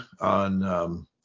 on